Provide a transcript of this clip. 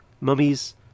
mummies